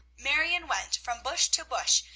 marion went from bush to bush,